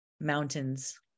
Mountains